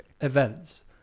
events